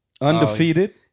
undefeated